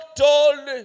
told